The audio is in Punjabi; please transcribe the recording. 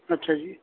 ਅੱਛਾ ਜੀ